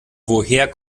woher